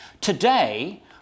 Today